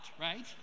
right